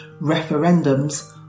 referendums